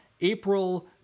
April